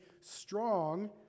strong